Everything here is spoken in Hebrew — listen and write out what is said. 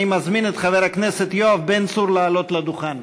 אני מזמין את חבר הכנסת יואב בן צור לעלות לדוכן.